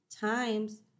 times